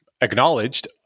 acknowledged